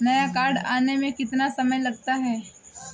नया कार्ड आने में कितना समय लगता है?